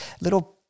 little